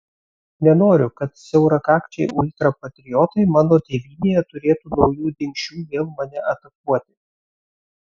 nenoriu kad siaurakakčiai ultrapatriotai mano tėvynėje turėtų naujų dingsčių vėl mane atakuoti